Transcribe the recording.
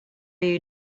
you